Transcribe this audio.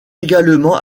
également